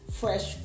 fresh